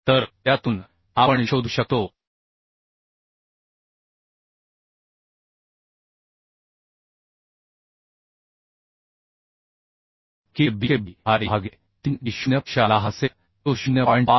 तर त्यातून आपण शोधू शकतो की K B K B हा E भागिले 3 D 0 पेक्षा लहान असेल जो 0